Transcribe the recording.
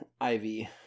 Ivy